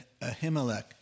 Ahimelech